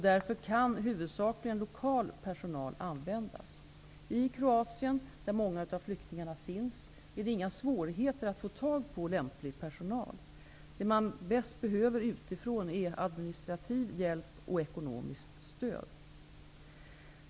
Därför kan huvudsakligen lokal personal användas. I Kroatien, där många av flyktingarna finns, är det inga svårigheter att få tag på lämplig personal. Det man bäst behöver utifrån är administrativ hjälp och ekonomiskt stöd.